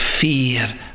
fear